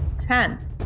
ten